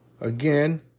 again